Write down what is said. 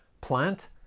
plant